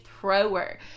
thrower